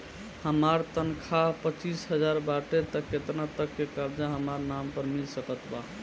हमार तनख़ाह पच्चिस हज़ार बाटे त केतना तक के कर्जा हमरा नाम पर मिल सकत बा?